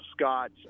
Scott